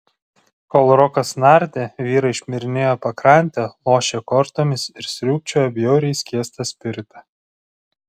kol rokas nardė vyrai šmirinėjo pakrante lošė kortomis ir sriūbčiojo bjauriai skiestą spiritą